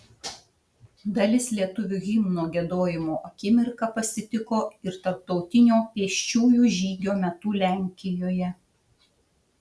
dalis lietuvių himno giedojimo akimirką pasitiko ir tarptautinio pėsčiųjų žygio metu lenkijoje